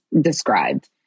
described